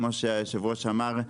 כמו שאמר היושב-ראש,